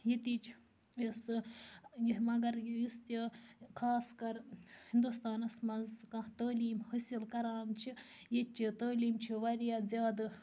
ییٚتی چھ یۄسہٕ یہِ مگر یُس تہِ خاص کر ہِنٛدوستانَس منٛز کانٛہہ تعلیٖم حٲصِل کران چھِ ییٚتہِ چہِ تعلیٖمۍ چھِ واریاہ زیادٕ